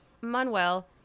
Manuel